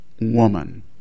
woman